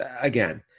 again